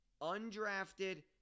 undrafted